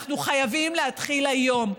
אנחנו חייבים להתחיל היום.